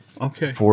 Okay